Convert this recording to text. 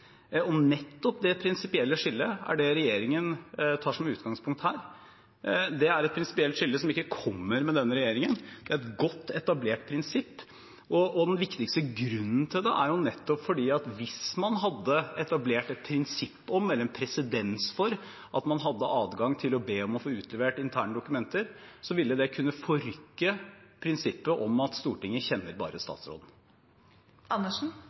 og nettopp det prinsipielle skillet er det som regjeringen tar som utgangspunkt her. Det er et prinsipielt skille som ikke kom med denne regjeringen; det er et godt etablert prinsipp. Den viktigste grunnen til det er at hvis man hadde etablert et prinsipp om eller en presedens for at man har adgang til å be om å få utlevert interne dokumenter, ville det kunne forrykke prinsippet om at Stortinget kjenner bare